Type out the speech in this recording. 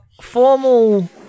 formal